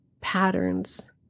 patterns